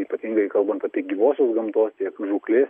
ypatingai kalbant apie gyvosios gamtos tiek žūklės